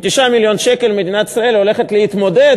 עם 9 מיליון שקלים מדינת ישראל הולכת להתמודד